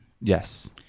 Yes